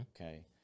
Okay